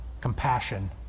compassion